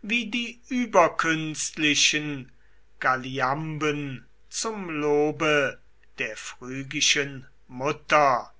wie die überkünstlichen galliamben zum lobe der phrygischen mutter